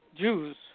Jews